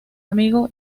amigo